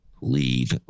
Leave